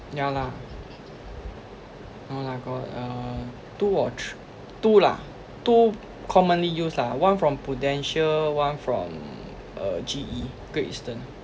ya lah no lah got uh two or thr~ two lah two commonly use lah one from prudential one from uh G_E great eastern